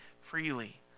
freely